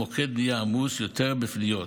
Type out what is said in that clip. המוקד נהיה עמוס יותר בפניות,